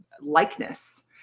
likeness